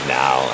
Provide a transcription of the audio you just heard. now